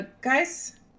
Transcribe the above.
Guys